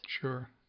Sure